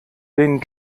den